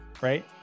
right